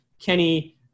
Kenny